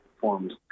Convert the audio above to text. forms